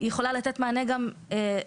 יכולה לתת מענה גם לזו,